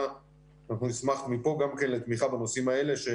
שאנחנו נשמח מפה גם כן לתמיכה בנושאים האלה.